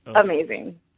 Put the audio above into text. amazing